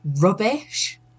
rubbish